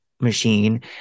machine